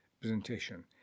presentation